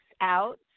out